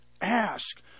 ask